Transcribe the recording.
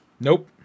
Nope